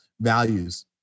values